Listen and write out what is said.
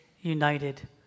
united